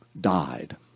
died